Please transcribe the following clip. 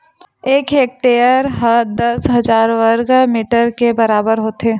एक हेक्टेअर हा दस हजार वर्ग मीटर के बराबर होथे